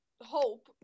hope